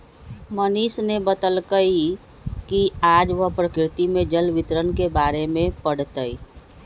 मनीष ने बतल कई कि आज वह प्रकृति में जल वितरण के बारे में पढ़ तय